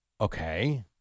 Okay